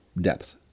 depth